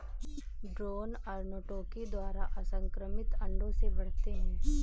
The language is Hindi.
ड्रोन अर्नोटोकी द्वारा असंक्रमित अंडों से बढ़ते हैं